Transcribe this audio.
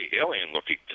alien-looking